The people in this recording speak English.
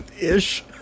ish